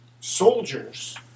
soldiers